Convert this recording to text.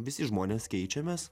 visi žmonės keičiamės